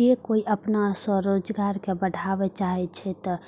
जौं कोइ अपन स्वरोजगार कें बढ़ाबय चाहै छै, तो